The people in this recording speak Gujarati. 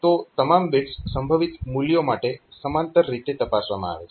તો તમામ બીટ્સ સંભવિત મૂલ્યો માટે સમાંતર રીતે તપાસવામાં આવે છે